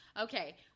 okay